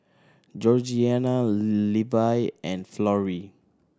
Georgianna Levi and Florrie